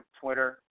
Twitter